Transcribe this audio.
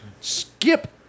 skip